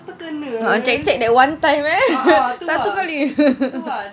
check check that one time eh satu kali